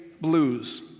blues